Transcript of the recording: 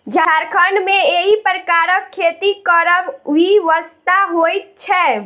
झारखण्ड मे एहि प्रकारक खेती करब विवशता होइत छै